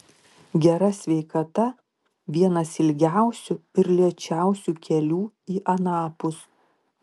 gera sveikata vienas ilgiausių ir lėčiausių kelių į anapus